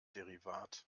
derivat